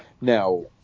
Now